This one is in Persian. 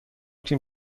تیم